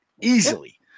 easily